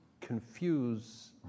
confuse